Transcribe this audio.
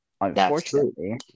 Unfortunately